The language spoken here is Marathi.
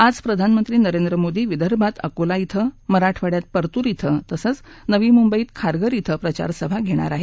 आज प्रधानमंत्री नरेंद्र मोदी विदर्भात अकोला क्वें मराठवाङ्यात परतूर क्वें तसंच नवी मुंबईत खारघर क्षें प्रचारसभा घेणार आहेत